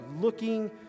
looking